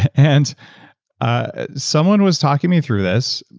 and ah someone was talking me through this,